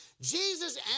Jesus